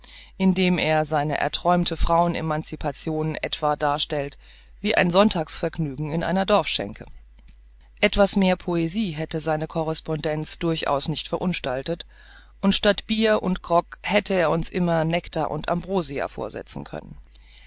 indem er seine erträumte frauen emancipation etwa darstellt wie ein sonntagsvergnügen in einer dorfschenke etwas mehr poesie hätte seine correspondenz durchaus nicht verunstaltet und statt bier und grogg hätte er uns immer nektar und ambrosia vorsetzen können